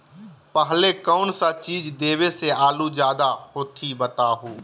पहले कौन सा चीज देबे से आलू ज्यादा होती बताऊं?